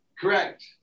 Correct